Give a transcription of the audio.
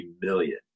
million